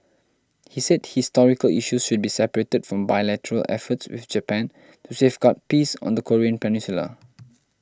he said historical issues should be separated from bilateral efforts with Japan to safeguard peace on the Korean peninsula